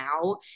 now